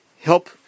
Help